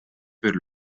per